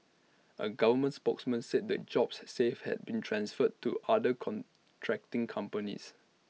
A government spokesman said the jobs saved had been transferred to other contracting companies